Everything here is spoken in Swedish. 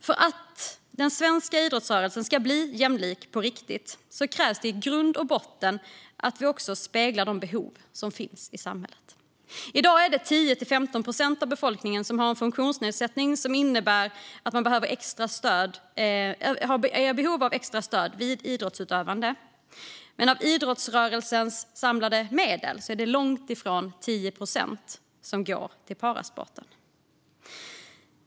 För att den svenska idrottsrörelsen ska bli jämlik på riktigt krävs det att den i grund och botten speglar de behov som finns samhället. I dag är det 10-15 procent av befolkningen som har en funktionsnedsättning som innebär att man är i behov av extra stöd vid idrottsutövande. Men av idrottsrörelsens samlade medel är det långt ifrån 10 procent som går till parasporten.